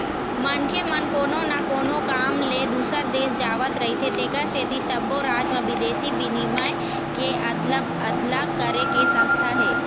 मनखे मन कोनो न कोनो काम ले दूसर देश जावत रहिथे तेखर सेती सब्बो राज म बिदेशी बिनिमय के अदला अदली करे के संस्था हे